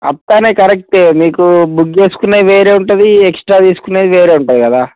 వస్తున్నాయి కరె మీకూ బుక్ చేసుకున్నది వేరే ఉంటుంది ఎక్స్ట్రా తీసుకున్నది వేరే ఉంటుంది కదా